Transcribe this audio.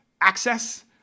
access